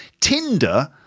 Tinder